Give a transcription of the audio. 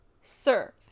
sir